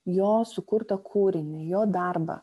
jo sukurtą kūrinį jo darbą